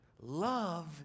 Love